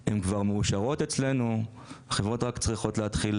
היא כבר מאושרת אצלנו והחברות צריכות להתחיל